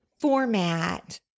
format